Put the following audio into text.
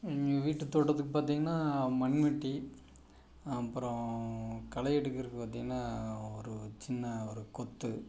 எங்கள் வீட்டுத் தோட்டத்துக்கு பார்த்திங்கன்னா மண்வெட்டி அப்புறம் களை எடுக்கிறது பார்த்திங்கன்னா ஒரு சின்ன ஒரு கொத்து